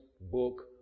book